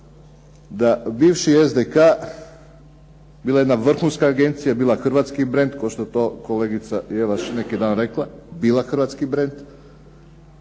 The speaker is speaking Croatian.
da bivši SDK bila je jedna vrhunska agencija, bila je hrvatski brend kao što je to kolegica Jelaš neki dan rekla, bila hrvatski brend